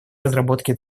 разработки